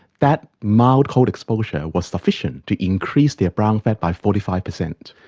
that mild cold exposure was sufficient to increase their brown fat by forty five percent.